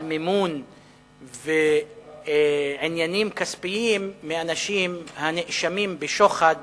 מימון ועל עניינים כספיים מאנשים הנאשמים בשוחד